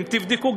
תבדקו,